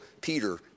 Peter